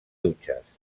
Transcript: dutxes